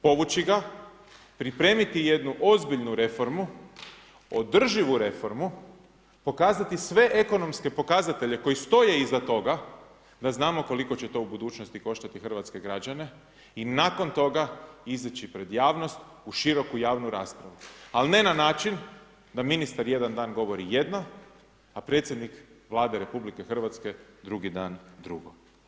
Povući ga, pripremiti jednu ozbiljnu reformu, održivu reformu, pokazati sve ekonomske pokazatelje koji stoje iza toga da znamo koliko će to u budućnosti koštati hrvatske građane i nakon toga izići pred javnost u široku javnu raspravu ali ne na način da ministar jedan dan govori jedno a predsjednik Vlade RH drugi dan drugo.